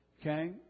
Okay